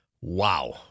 Wow